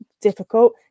difficult